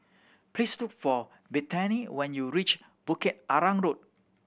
please look for Bethany when you reach Bukit Arang Road